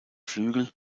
flügel